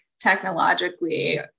technologically